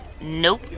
Nope